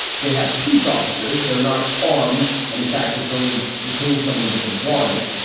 they have peace officers. they're not armed. and in fact, they can only detain someone with a warrant.